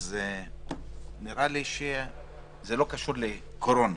נראה לי שזה לא קשור לקורונה.